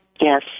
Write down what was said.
Yes